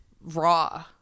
Raw